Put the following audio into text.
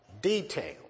detail